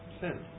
Sin